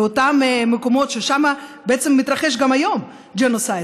לאותם מקומות ששם מתרחש גם היום ג'נוסייד,